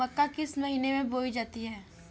मक्का किस महीने में बोई जाती है?